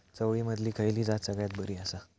चवळीमधली खयली जात सगळ्यात बरी आसा?